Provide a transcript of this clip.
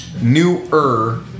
newer